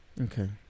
Okay